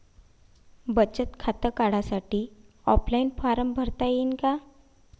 बचत खातं काढासाठी ऑफलाईन फारम भरता येईन का?